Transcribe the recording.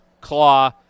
claw